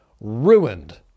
ruined